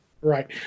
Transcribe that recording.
right